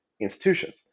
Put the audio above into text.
institutions